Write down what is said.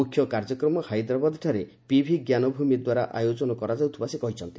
ମୁଖ୍ୟ କାର୍ଯ୍ୟକ୍ରମ ହାଇଦ୍ରାବାଦଠାରେ ପିଭିଜ୍ଞାନଭୂମି ଦ୍ୱାରା ଆୟୋଜନ କରାଯାଇଥିବା ସେ କହିଛନ୍ତି